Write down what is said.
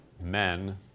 men